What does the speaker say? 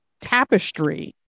tapestry